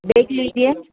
देख लीजिए